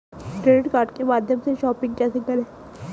Credit card के माध्यम से शॉपिंग कैसे करें?